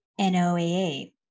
NOAA